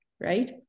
right